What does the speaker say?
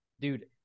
Dude